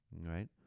Right